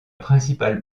principale